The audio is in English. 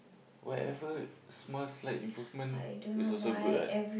whatever small slight improvement is also good right